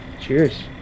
cheers